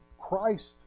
Christ